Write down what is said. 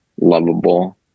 lovable